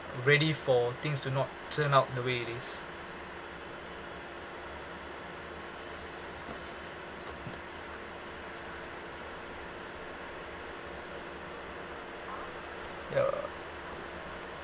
ready for things do not turn out the way it is ya